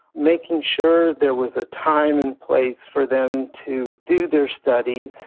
making sure there was a time and place for them to do their studies,